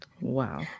Wow